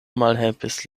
malhelpis